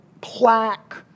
plaque